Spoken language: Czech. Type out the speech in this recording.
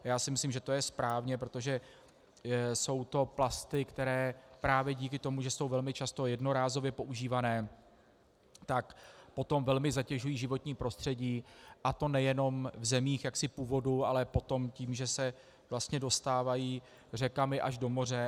A já myslím, že to je správně, protože jsou to plasty, které právě díky tomu, že jsou velmi často jednorázově používané, tak potom velmi zatěžují životní prostředí, a to nejenom v zemích jaksi původu, ale potom tím, že se vlastně dostávají řekami až do moře.